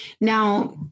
Now